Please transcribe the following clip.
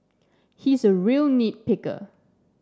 he is a real nit picker